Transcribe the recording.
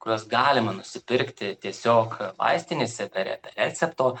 kuriuos galima nusipirkti tiesiog vaistinėse be recepto